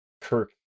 Kirk